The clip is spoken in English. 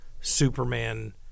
superman